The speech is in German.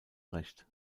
recht